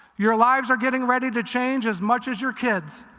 your lives are getting ready to change as much as your kids.